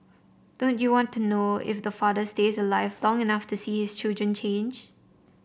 don't you want to know if the father stays alive long enough to see his children change